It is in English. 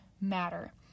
matter